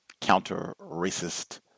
counter-racist